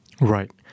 Right